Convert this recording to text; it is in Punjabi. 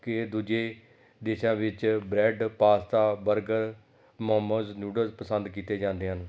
ਕਿ ਦੂਜੇ ਦੇਸ਼ਾਂ ਵਿੱਚ bread pasta burger momos noodle ਪਸੰਦ ਕੀਤੇ ਜਾਂਦੇ ਹਨ